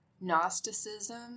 gnosticism